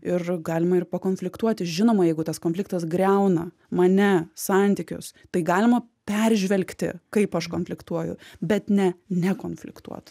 ir galima ir pakonfliktuoti žinoma jeigu tas konfliktas griauna mane santykius tai galima peržvelgti kaip aš konfliktuoju bet ne nekonfliktuot